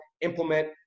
implement